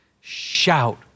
Shout